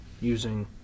using